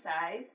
size